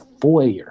foyer